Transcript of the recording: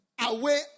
away